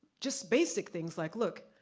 just basic things like look,